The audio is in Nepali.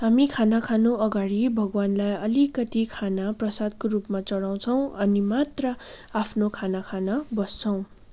हामी खाना खानु अगाडि भगवान्लाई अलिकति खाना प्रसादको रूपमा चढाउँछौँ अनि मात्र आफ्नो खाना खान बस्छौँ